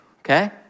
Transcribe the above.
okay